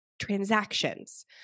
transactions